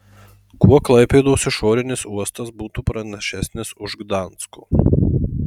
kuo klaipėdos išorinis uostas būtų pranašesnis už gdansko